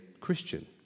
Christian